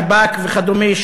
שב"כ וכדומה,